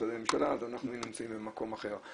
למשרדי הממשלה ואז אנחנו היינו נמצאים במקום אחר.